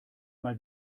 mal